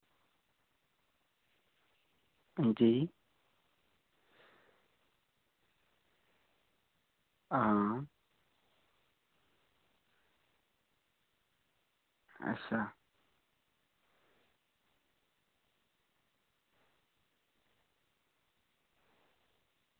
हां जी हां अच्छा